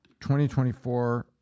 2024